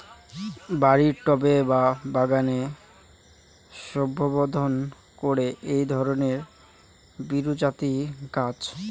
বাড়ির টবে বা বাগানের শোভাবর্ধন করে এই ধরণের বিরুৎজাতীয় গাছ